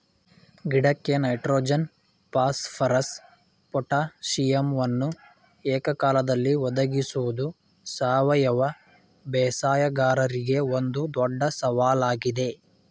ಗಿಡಕ್ಕೆ nitrogen phosphorus ಪೊಟಾಸಿಯಮನ್ನು ಏಕಕಾಲದಲ್ಲಿ ಒದಗಿಸುವುದು ಸಾವಯವ ಬೇಸಾಯಗಾರರಿಗೆ ಒಂದು ದೊಡ್ಡ ಸವಾಲಾಗಿದೆ